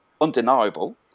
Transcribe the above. undeniable